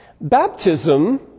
Baptism